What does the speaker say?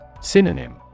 Synonym